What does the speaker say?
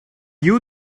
you